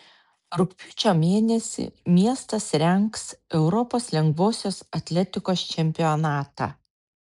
rugpjūčio mėnesį miestas rengs europos lengvosios atletikos čempionatą